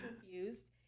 confused